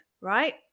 right